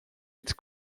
its